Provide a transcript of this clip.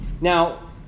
Now